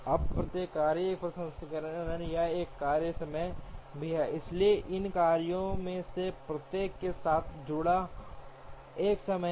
अब प्रत्येक कार्य एक प्रसंस्करण या एक कार्य समय भी है इसलिए इन कार्यों में से प्रत्येक के साथ जुड़ा एक समय है